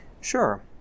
Sure